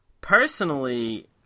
personally